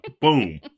Boom